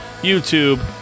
YouTube